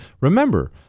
Remember